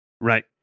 Right